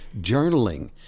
journaling